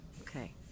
Okay